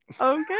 Okay